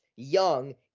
Young